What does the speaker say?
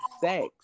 sex